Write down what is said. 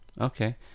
Okay